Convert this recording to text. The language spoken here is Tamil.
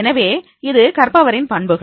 எனவே இது கற்பவரின் பண்புகள்